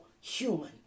human